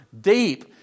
deep